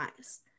eyes